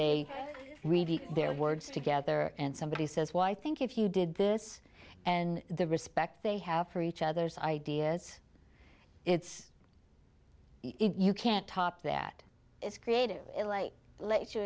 read their words together and somebody says well i think if you did this and the respect they have for each other's ideas it's you can't top that it's creative elate let you